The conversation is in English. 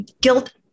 guilt